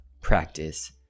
practice